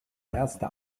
erste